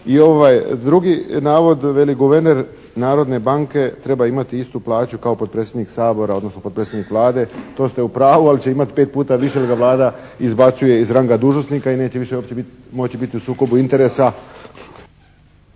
drugi navod, veli: "Guverner Narodne banke treba imati istu plaću kao potpredsjednik Sabora, odnosno potpredsjednik Vlade." To ste u pravu, ali će imati 5 puta više jer ga Vlada izbacuje iz ranga dužnosnika i neće više uopće moći biti u sukobu interesa.